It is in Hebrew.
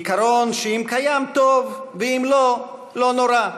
עיקרון שאם קיים, טוב, ואם לא, לא נורא,